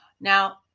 Now